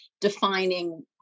defining